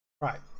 right